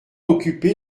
occupé